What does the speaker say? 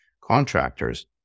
contractors